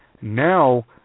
now